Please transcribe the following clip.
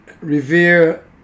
revere